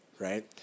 right